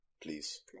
Please